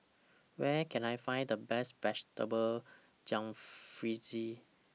Where Can I Find The Best Vegetable Jalfrezi